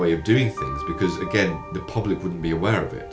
way of doing it because again the public would be aware of it